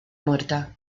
muerta